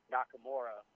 Nakamura